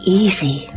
easy